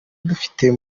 dufite